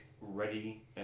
ready